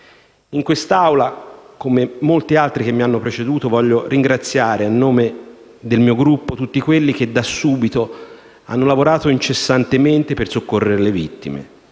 In quest'Aula, come molti che mi hanno preceduto, voglio ringraziare a nome del mio Gruppo tutti coloro che da subito hanno lavorato incessantemente per soccorrere le vittime: